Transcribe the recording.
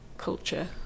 culture